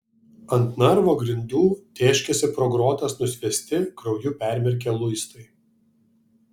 ant narvo grindų tėškėsi pro grotas nusviesti krauju permirkę luistai